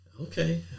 Okay